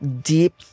deep